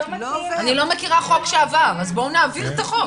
אני לא מכירה חוק שעבר, אז בואו נעביר את החוק.